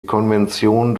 konvention